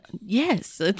Yes